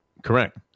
Correct